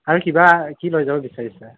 আৰু কিবা কি লৈ যাব বিচাৰিছা